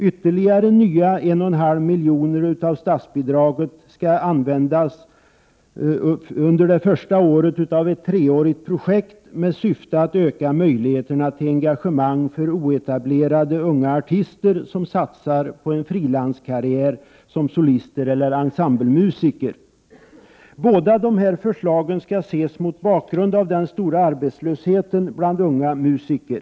Ytterligare 1,5 milj.kr. av statsbidraget skall användas under det första året av ett treårigt projekt med syfte att öka möjligheterna till engagemang för oetablerade unga artister som satsar på en frilanskarriär som solister eller ensemblemusiker. Både dessa förslag skall ses mot bakgrund av den stora arbetslösheten bland unga musiker.